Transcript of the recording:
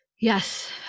Yes